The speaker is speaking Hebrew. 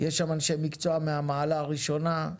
יש שם אנשי מקצוע מהמעלה הראשונה.